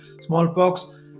smallpox